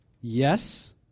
yes